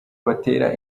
batera